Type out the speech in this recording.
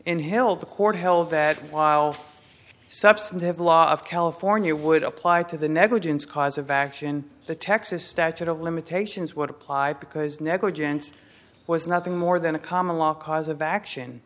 hill the court held that while substantive law of california would apply to the negligence cause of action the texas statute of limitations would apply because negligence was nothing more than a common law cause of action